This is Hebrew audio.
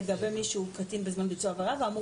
לגבי מי שהוא קטין בזמן ביצוע העבירה ואמור